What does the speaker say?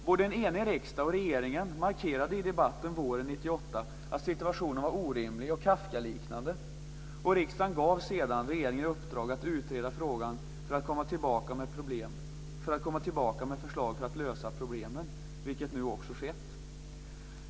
Både en enig riksdag och regeringen markerade i debatten våren 1998 att situationen var orimlig och Kafkaliknande. Riksdagen gav sedan regeringen i uppdrag att utreda frågan för att komma tillbaka med förslag för att lösa problemen, vilket nu också skett.